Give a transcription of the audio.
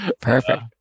perfect